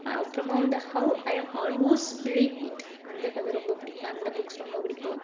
அப்புறமா வந்து how I am almost believe it அந்த கதை ரொம்ப பிடிக்கும் அந்த புக்ஸ் ரொம்ப பிடிக்கும்